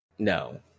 No